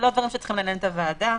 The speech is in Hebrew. לא דברים שצריכים לעניין את הוועדה.